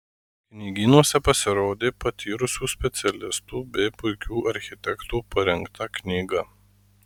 knygynuose pasirodė patyrusių specialistų bei puikių architektų parengta knyga